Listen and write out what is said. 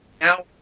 now